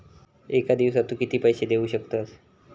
एका दिवसात तू किती पैसे देऊ शकतस?